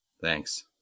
Thanks